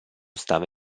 stava